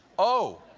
oh!